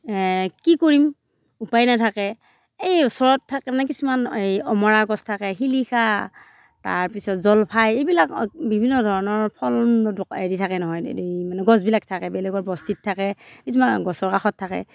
কি কৰিম উপায় নাথাকে এই ওচৰত থাকে নহয় কিছুমান হেৰি অমৰা গছ থাকে শিলিখা তাৰপাছত জলফাই এইবিলাক বিভিন্ন ধৰণৰ ফল মূলৰ হেৰি থাকে নহয় এই মানে গছবিলাক থাকে বেলেগৰ বস্তিত থাকে কিছুমান গছৰ কাষত থাকে